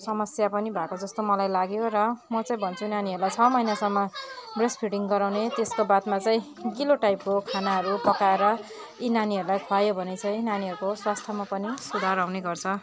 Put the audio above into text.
समस्या पनि भएको जस्तो मलाई लाग्यो र म चाहिँ भन्छु नानीहरूलाई छ महिनासम्म ब्रेस्ट फिडिङ गराउने त्यसको बादमा चाहिँ गिलो टाइपको खानाहरू पकाएर यी नानीहरूलाई खुवायो भने चाहिँ नानीहरूको स्वास्थ्यमा पनि सुधार आउने गर्छ